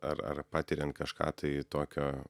ar ar patiriant kažką tai tokio